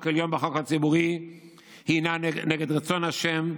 עליון בחוק הציבורי הינה נגד רצון ה',